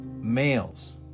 males